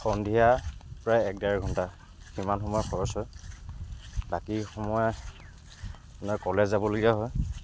সন্ধিয়া প্ৰায় এক ডেৰ ঘণ্টা ইমান সময় খৰচ হয় বাকী সময় অ ক'লেজ যাবলগীয়া হয়